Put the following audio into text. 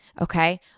okay